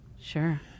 Sure